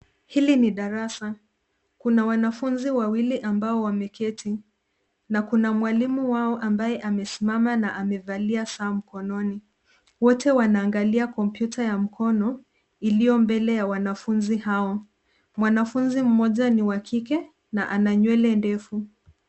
Hili ni darasa. Kuna wanafunzi wawili ambao wameketi na kuna mwalimu wao ambaye amesimama na amevalia saa mkononi. Wote wanaangalia kompyuta ya mkono iliyo mbele ya wanafunzi hawa. Mwanafunzi moja ni wa kike na ana nywele ndefu.